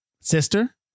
sister